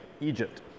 Egypt